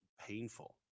painful